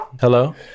Hello